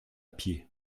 pied